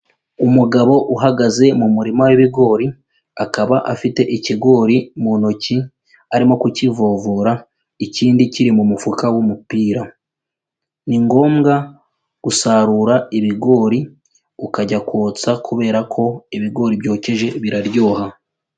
Umugabo uhagaze mu murima w'ibigori, akaba afite ikigori mu ntoki arimo kukivovora, ikindi kiri mu mufuka w'umupira. Ni ngombwa gusarura ibigori ukajya kotsa, kubera ko ibigori byokeje biraryoha.